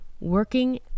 Working